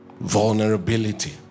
vulnerability